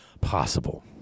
possible